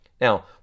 Now